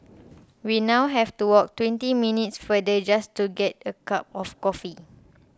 we now have to walk twenty minutes farther just to get a cup of coffee